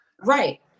Right